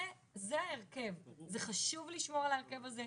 זה ההרכב וחשוב לשמור על ההרכב הזה,